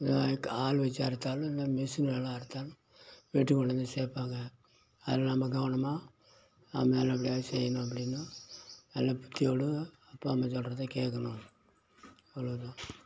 வேலைக்கு ஆள் வச்சி அறுத்தாலும் இன்னும் மிஷின் எல்லாம் அறுத்தாலும் வீட்டுக்கு கொண்டு வந்து சேர்ப்பாங்க அதில் நம்ம கவனமாக நல்லபடியாக செய்யணும் அப்படின்னும் நல்ல புத்தியோடு அப்பா அம்மா சொல்றதை கேட்கணும் அவ்வளோ தான்